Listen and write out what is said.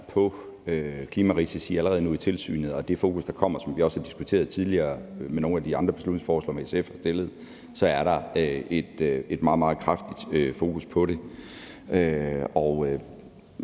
på klimarisici allerede nu i tilsynet, og med det fokus, der kommer, som vi også har diskuteret tidligere i forbindelse med nogle af de andre beslutningsforslag, som SF har fremsat, så er der et meget, meget kraftigt fokus på det.